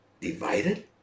divided